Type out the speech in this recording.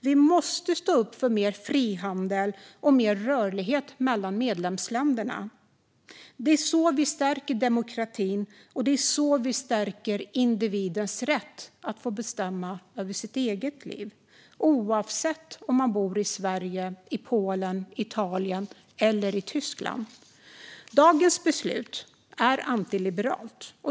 Vi måste stå upp för mer frihandel och mer rörlighet mellan medlemsländerna. Det är så vi stärker demokratin, och det är så vi stärker individens rätt att bestämma om sitt eget liv, oavsett om man bor i Sverige, Polen, Italien eller Tyskland. Dagens beslut är antiliberalt.